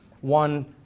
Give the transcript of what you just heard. one